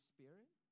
Spirit